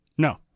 No